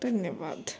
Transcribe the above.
ਧੰਨਵਾਦ